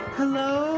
hello